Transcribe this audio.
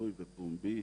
גלוי ופומבי.